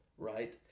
Right